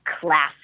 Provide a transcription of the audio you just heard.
classic